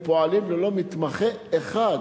פועלים ללא מתמחה אחד.